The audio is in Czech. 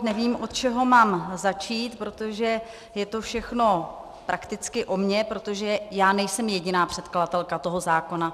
Nevím, od čeho mám začít, protože je to všechno prakticky o mně, protože já nejsem jediná předkladatelka toho zákona.